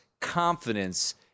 confidence